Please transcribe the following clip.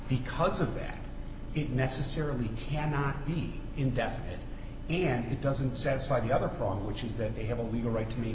because of that it necessarily cannot be indefinite and it doesn't satisfy the other problem which is that they have a legal right to m